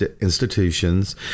institutions